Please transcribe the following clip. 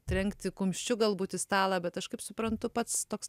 trenkti kumščiu galbūt į stalą bet aš kaip suprantu pats toks